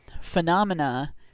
phenomena